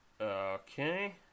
Okay